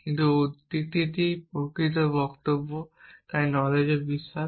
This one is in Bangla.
কিন্তু উক্তিটিই প্রকৃত বক্তব্য তাই নলেজ ও বিশ্বাস